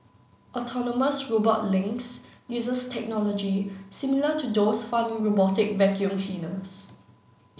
autonomous robot Lynx uses technology similar to those found in robotic vacuum cleaners